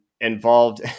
involved